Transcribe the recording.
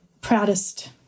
proudest